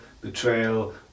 betrayal